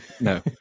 No